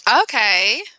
Okay